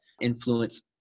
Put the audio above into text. influence